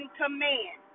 command